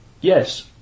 Yes